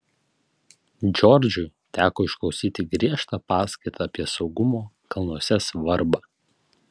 džordžui teko išklausyti griežtą paskaitą apie saugumo kalnuose svarbą